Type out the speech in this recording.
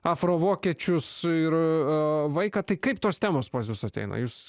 afrovokiečius ir vaiką tai kaip tos temos pas jus ateina jūs